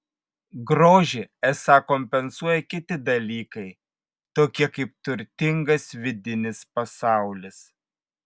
grožį esą kompensuoja kiti dalykai tokie kaip turtingas vidinis pasaulis